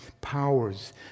powers